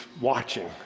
watching